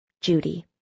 Judy